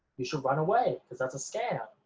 you should run away because that's a scam,